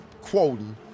quoting